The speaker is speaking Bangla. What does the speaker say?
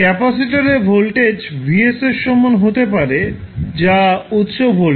ক্যাপাসিটার এ ভোল্টেজ VS এর সমান হতে পারে যা উত্স ভোল্টেজ